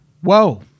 whoa